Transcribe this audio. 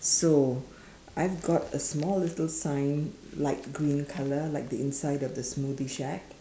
so I've got a small little sign like green colour like the inside of the smoothie shack